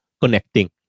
connecting